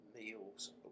meals